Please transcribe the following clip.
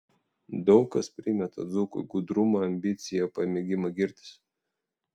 daug kas primeta dzūkui gudrumą ambiciją pamėgimą girtis